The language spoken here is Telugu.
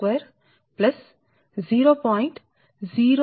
00008 x 52